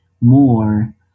more